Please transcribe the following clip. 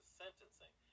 sentencing